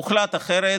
הוחלט אחרת,